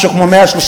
משהו כמו 135/90,